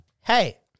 hey